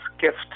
gift